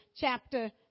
chapter